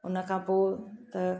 हुन खां पोइ त